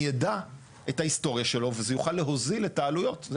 אני אדע את ההיסטוריה שלו וזה יוכל להוזיל את העלויות.